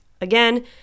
again